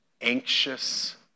anxious